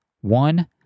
One